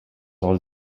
all